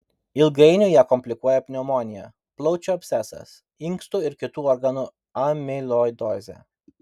ilgainiui ją komplikuoja pneumonija plaučių abscesas inkstų ir kitų organu amiloidozė